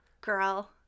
Girl